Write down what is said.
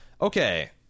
Okay